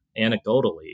anecdotally